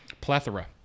Plethora